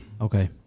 okay